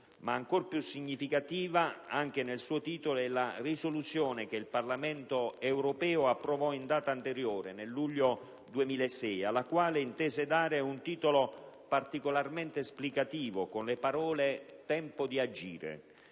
ancor più significativa, anche nel suo titolo, è la risoluzione che il Parlamento europeo approvò in data anteriore, nel luglio 2006, alla quale intese dare un titolo particolarmente esplicativo con le parole «Tempo di agire».